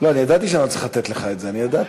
אני ידעתי שאני לא צריך לתת לך את זה, אני ידעתי.